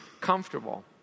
comfortable